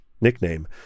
nickname